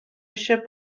eisiau